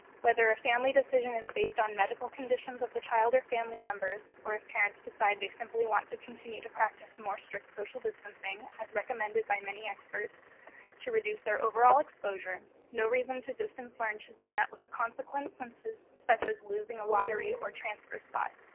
whether a family decision is based on medical conditions of the child or family members, or if parents decide they simply want to continue to practice more strict social distancing as recommended by many experts to reduce their overall exposure, no reason to distance learn should be met with consequences such as losing a lottery or transfer spot.